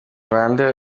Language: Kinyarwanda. bande